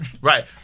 Right